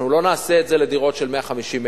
אנחנו לא נעשה את זה לדירות של 150 מטר,